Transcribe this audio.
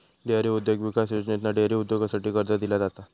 dairy उद्योग विकास योजनेतना डेअरी उद्योगासाठी कर्ज दिला जाता